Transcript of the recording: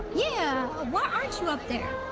yeah why aren't you up there?